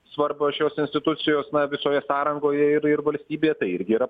svarbą šios institucijos visoje sąrangoje ir ir valstybėje tai irgi yra